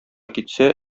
китсә